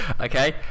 okay